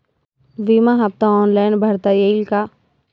विमा हफ्ता ऑनलाईन भरता येईल का?